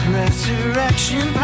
resurrection